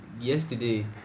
Yesterday